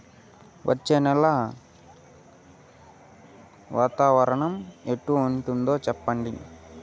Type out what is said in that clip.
వచ్చే నెల వాతావరణం ఎట్లుంటుంది చెప్పండి?